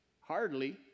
Hardly